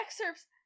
excerpts